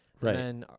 Right